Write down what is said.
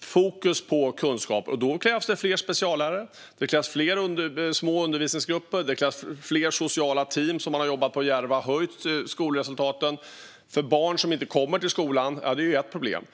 fokus på kunskaper. Då krävs det fler speciallärare, det krävs fler små undervisningsgrupper och det krävs fler sociala team, som man har jobbat med i Järva och höjt skolresultaten. Barn som inte kommer till skolan är ett problem.